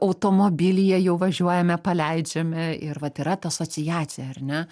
automobilyje jau važiuojame paleidžiame ir vat yra ta asociacija ar ne